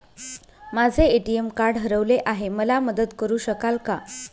माझे ATM card हरवले आहे, मला मदत करु शकाल का?